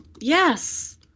yes